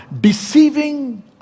deceiving